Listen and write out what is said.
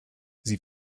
sie